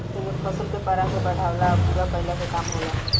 एमे फसल के पराग के बढ़ावला आ पूरा कईला के काम होला